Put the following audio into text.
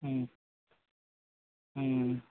ம் ம் ம்